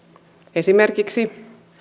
esimerkiksi